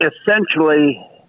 essentially